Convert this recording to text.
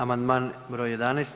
Amandman br. 11.